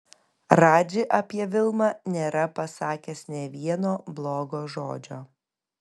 radži apie vilmą nėra pasakęs nė vieno blogo žodžio